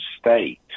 state